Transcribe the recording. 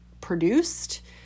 produced